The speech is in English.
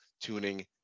tuning